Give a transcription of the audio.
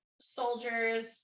soldiers